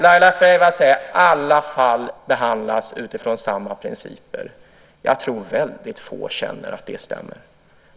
Laila Freivalds säger att samtliga fall behandlas utifrån samma principer. Jag tror väldigt få tycker att detta stämmer.